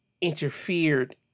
interfered